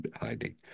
hiding